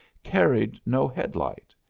carried no headlight,